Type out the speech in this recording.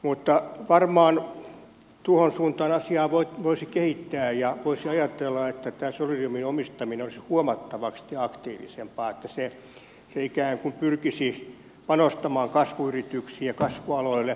mutta varmaan tuohon suuntaan asiaa voisi kehittää ja voisi ajatella että tämä solidiumin omistaminen olisi huomattavasti aktiivisempaa että se ikään kuin pyrkisi panostamaan kasvuyrityksiin ja kasvualoille